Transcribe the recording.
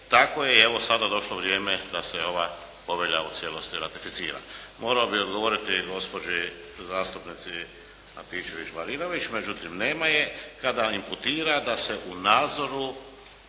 Tako je, evo sada došlo vrijeme da se ova povelja u cijelosti ratificira. Morao bih odgovoriti gospođi zastupnici Antičević-Marinović, međutim nema je. Kada imputira da se u nadzoru